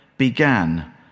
began